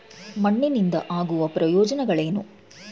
ಮಣ್ಣಿನಿಂದ ಆಗುವ ಪ್ರಯೋಜನಗಳೇನು?